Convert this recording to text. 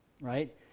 right